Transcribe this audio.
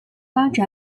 发展